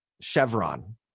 Chevron